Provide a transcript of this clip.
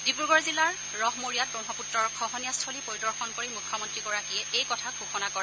ডিব্ৰুগড় জিলাৰ ৰহমৰীয়াত ব্ৰহ্মপুত্ৰৰ খহনীয়াস্থলী পৰিদৰ্শন কৰি মুখ্যমন্ত্ৰীগৰাকীয়ে এই কথা ঘোষণা কৰে